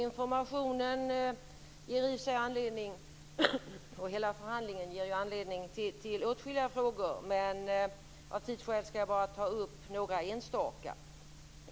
Herr talman! Informationen och hela förhandlingen ger anledning till åtskilliga frågor, men av tidsskäl skall jag bara ta upp några enstaka.